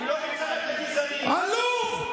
אני לא מצטרף לגזענים, עלוב.